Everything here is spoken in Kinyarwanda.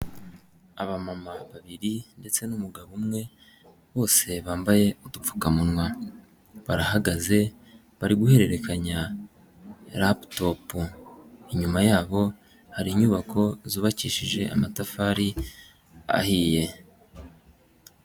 Abamama babiri ndetse n'umugabo umwe bose bambaye udupfukamunwa, barahagaze bari guhererekanya raputopu, inyuma yabo hari inyubako zubakishije amatafari ahiye.